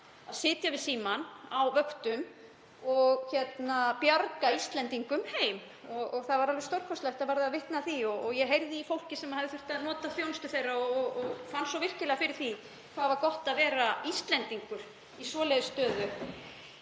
að sitja við símann á vöktum og bjarga Íslendingum heim og það var alveg stórkostlegt að verða vitni að því. Ég heyrði í fólki sem hafði þurft að nota þjónustu þeirra og fann svo virkilega fyrir því hvað það var gott að vera Íslendingur í slíkri stöðu.